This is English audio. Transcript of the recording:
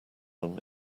them